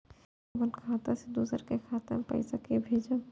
हम अपन खाता से दोसर के खाता मे पैसा के भेजब?